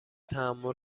تحمل